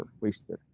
wasted